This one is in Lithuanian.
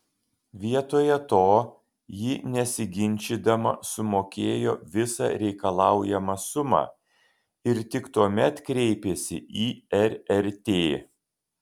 vietoje to ji nesiginčydama sumokėjo visą reikalaujamą sumą ir tik tuomet kreipėsi į rrt